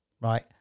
right